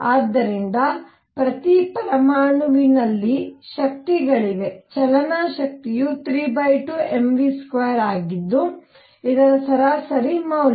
ಆದ್ದರಿಂದ ಪ್ರತಿ ಪರಮಾಣುವಿನಲ್ಲಿ ಶಕ್ತಿಗಳಿವೆ ಚಲನಾ ಶಕ್ತಿಯು 32mv2 ಆಗಿದ್ದು ಇದರ ಸರಾಸರಿ ಮೌಲ್ಯ